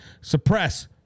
suppress